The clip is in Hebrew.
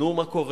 נו מה קורה?